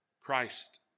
Christ